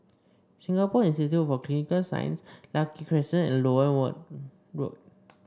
Singapore Institute for Clinical Sciences Lucky Crescent and Loewen Road